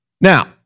Now